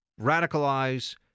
radicalize